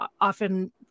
often